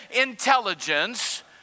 intelligence